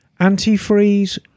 antifreeze